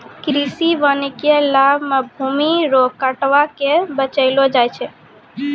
कृषि वानिकी लाभ मे भूमी रो कटाव के बचैलो जाय छै